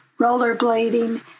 rollerblading